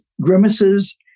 grimaces